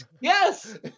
Yes